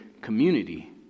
community